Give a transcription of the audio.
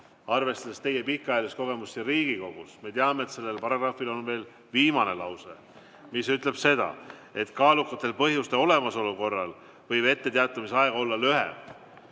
arvestades teie pikaajalist kogemust siin Riigikogus, me teame, et sellel paragrahvil on ka viimane lause, mis ütleb seda, et kaalukate põhjuste olemasolul võib etteteatamise aeg olla lühem. Ma